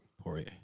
Poirier